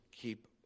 keep